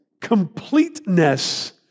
completeness